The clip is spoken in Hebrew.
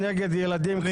ווליד